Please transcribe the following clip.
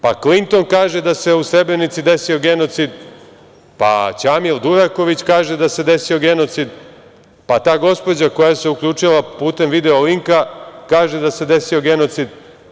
Pa Klinton kaže da se u Srebrenici desio genocid, pa Ćamil Duraković kaže da se desio genocid, pa ta gospođa koja se uključila putem video linka kaže da se desio genocid.